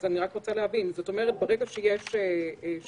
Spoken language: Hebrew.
אני מבקש לצמצם את